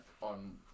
on